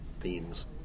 themes